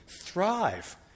thrive